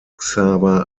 xaver